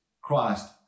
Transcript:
Christ